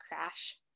crash